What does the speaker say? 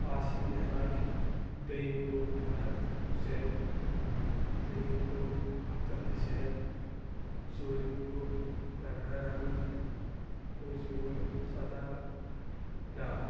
آصِف معراج دویِم گوٚو فرحت حُسین ترٛیٚیِم گوٚو اختر حُسین ژوٗرِم گوٚو رحن احمد پوٗنٛژِم گوٚو ستار ڈار